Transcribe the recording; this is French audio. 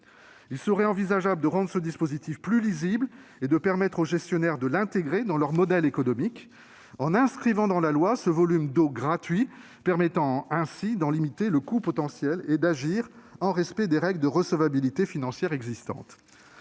Il serait envisageable de rendre ce dispositif plus lisible et de permettre aux gestionnaires de l'intégrer dans leur modèle économique, en inscrivant dans la loi ce volume d'eau gratuit afin d'en limiter le coût potentiel et d'agir en respect des règles de recevabilité financière existantes.